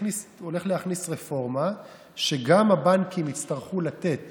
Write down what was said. הולך להכניס רפורמה שגם הבנקים יצטרכו לתת